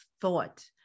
thought